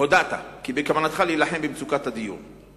הודעת כי בכוונתך להילחם במצוקת הדיור,